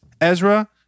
Ezra